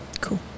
Cool